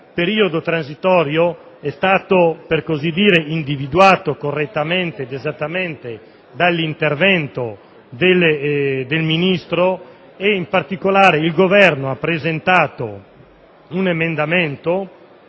periodo transitorio è stato individuato correttamente ed esattamente dall'intervento del Ministro. In particolare, il Governo ha presentato un emendamento